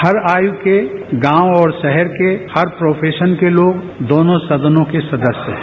हर आयु के गांव और शहर के हर प्रोफेशन के लोग दोनों सदनों के सदस्य हैं